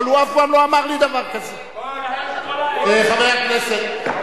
ראש הממשלה זאב אלקין.